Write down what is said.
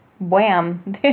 Wham